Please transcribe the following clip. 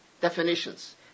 definitions